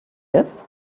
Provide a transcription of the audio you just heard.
lives